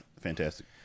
Fantastic